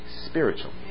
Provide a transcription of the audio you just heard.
spiritual